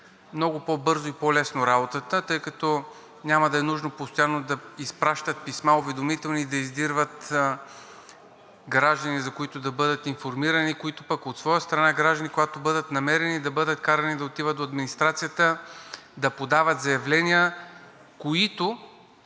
много по-бързо и много по-лесно работата, тъй като няма да е нужно постоянно да изпращат уведомителни писма, да издирват граждани, за които да бъдат информирани, които пък от своя страна граждани, когато бъдат намерени, да бъдат карани да отиват в администрацията да подават заявления, които